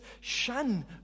shun